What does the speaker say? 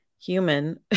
human